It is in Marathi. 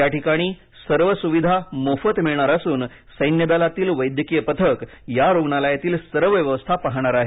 याठिकाणी सर्व सुविधा मोफत मिळणार असून सैन्य दलातील वैद्यकीय पथक या रुग्णालयातील सर्व व्यवस्था पाहणार आहे